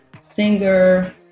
singer